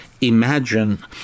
imagine